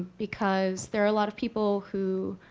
because there are a lot of people who,